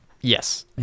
Yes